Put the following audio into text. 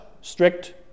strict